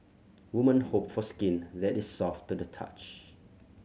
women hope for skin that is soft to the touch